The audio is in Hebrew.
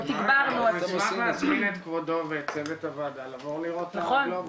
אנחנו נשמח להזמין את כבודו ואת צוות הוועדה לבוא לראות את הגלובל,